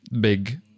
big